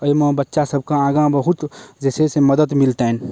एहिमे बच्चा सब कऽ आगाँ बहुत जे छै से मदत मिलतनि